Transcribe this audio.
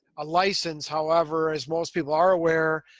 ah license. however, as most people are aware,